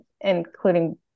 including